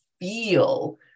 feel